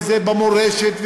וזה במורשת,